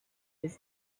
his